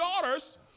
daughters